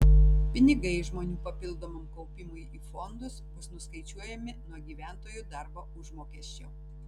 pinigai žmonių papildomam kaupimui į fondus bus nuskaičiuojami nuo gyventojo darbo užmokesčio